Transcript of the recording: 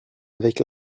avec